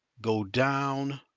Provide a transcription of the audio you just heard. go down